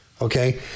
Okay